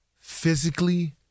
Physically